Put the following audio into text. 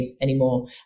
anymore